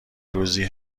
روزی